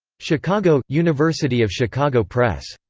chicago university of chicago press.